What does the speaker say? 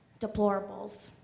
deplorables